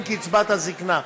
עם קצבת הזיקנה.